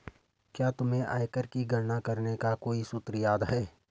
क्या तुम्हें आयकर की गणना करने का कोई सूत्र याद है?